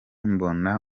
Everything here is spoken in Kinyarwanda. mbona